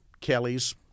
Kelly's